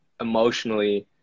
emotionally